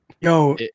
Yo